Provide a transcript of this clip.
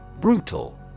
Brutal